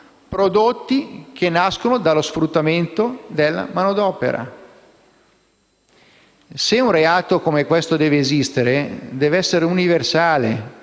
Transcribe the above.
prodotti che nascono dallo sfruttamento della manodopera. Se un reato come questo deve esistere, deve essere universale.